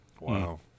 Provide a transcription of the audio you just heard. Wow